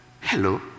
Hello